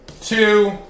two